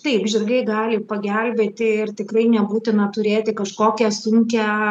taip žirgai gali pagelbėti ir tikrai nebūtina turėti kažkokią sunkią